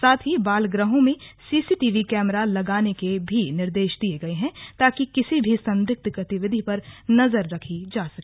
साथ ही बाल गृहों में सीसीटीवी कैमरा लगाने के भी निर्देश दिये गए हैं ताकि किसी भी संदिग्ध गतिविधि पर नजर रखी जा सके